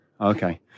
okay